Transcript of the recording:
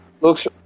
looks